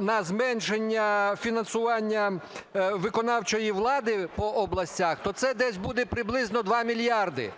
на зменшення фінансування виконавчої влади по областях, то це десь буде приблизно 2 мільярди